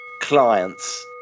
clients